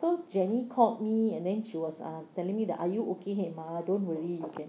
so jenny called me and then she was uh telling me that are you okay hema don't worry you can